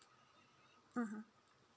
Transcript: mmhmm